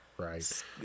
Right